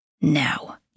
Now